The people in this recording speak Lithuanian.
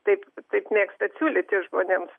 taip taip mėgstat siūlyti žmonėms